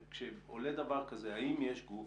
כשעולה דבר כזה, האם יש גוף